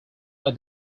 are